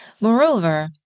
Moreover